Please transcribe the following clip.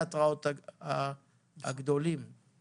אבל